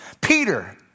Peter